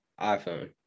iPhone